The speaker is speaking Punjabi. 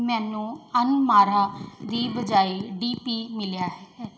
ਮੈਨੂੰ ਅਨਮਾਰਾ ਦੀ ਬਜਾਏ ਡੀ ਪੀ ਮਿਲਿਆ ਹੈ